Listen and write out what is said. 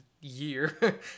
year